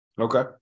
Okay